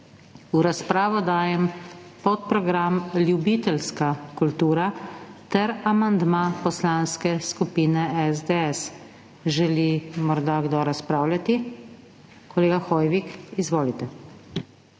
V razpravo dajem podprogram Ljubiteljska kultura ter amandma Poslanske skupine SDS. Želi morda kdo razpravljati? Kolega Hoivik. Izvolite.